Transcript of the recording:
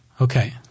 Okay